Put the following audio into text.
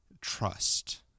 trust